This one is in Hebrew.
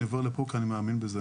אני עובר לפה כי אני מאמין בזה.